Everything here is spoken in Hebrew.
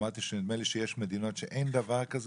אמרתי שנדמה לי שיש מדינות שאין דבר כזה